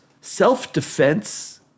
self-defense